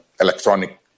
electronic